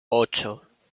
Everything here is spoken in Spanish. ocho